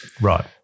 Right